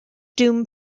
doom